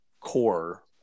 core